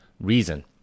reason